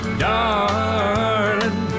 darling